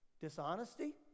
Dishonesty